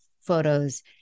photos